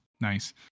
nice